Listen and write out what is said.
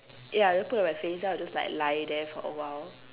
ya then put it on my face then I'll just lie there for a while